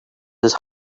his